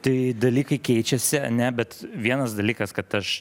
tai dalykai keičiasi ane bet vienas dalykas kad aš